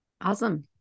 Awesome